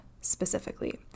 specifically